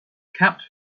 capped